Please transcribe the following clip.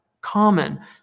common